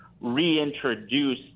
reintroduce